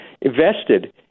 invested